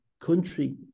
country